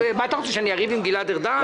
מה אתה רוצה, שאני אריב עם גלעד ארדן?